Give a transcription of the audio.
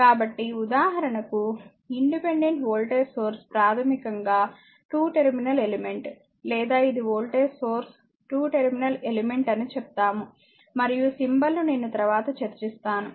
కాబట్టిఉదాహరణకు independent voltage source ప్రాథమికంగా two terminal element లేదా ఇది voltage source two terminal element అని చెప్తాము మరియు సింబల్ ను నేను తరువాత చర్చిస్తాను